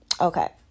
Okay